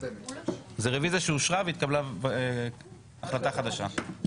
זה רוויזיה שאושרה והתקבלה החלטה חדשה.